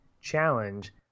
challenge